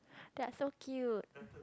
they are so cute